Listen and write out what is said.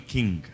King